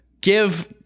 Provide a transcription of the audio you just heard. give